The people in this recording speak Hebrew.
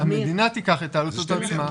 והמדינה תיקח את העלות הזאת על עצמה,